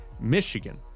Michigan